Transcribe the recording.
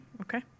Okay